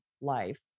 life